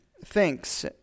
thinks